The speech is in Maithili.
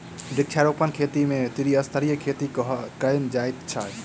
वृक्षारोपण खेती मे त्रिस्तरीय खेती कयल जाइत छै